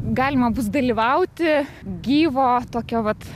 galima bus dalyvauti gyvo tokio vat